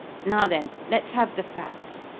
now then let's have the facts.